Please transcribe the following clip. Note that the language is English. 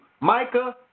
Micah